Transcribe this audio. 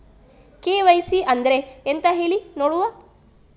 KYC ಅಂದ್ರೆ ಎಂತ ಹೇಳಿ ನೋಡುವ?